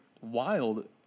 wild